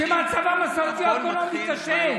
שמצבם הסוציו-אקונומי קשה?